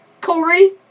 Corey